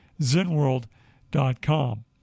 zenworld.com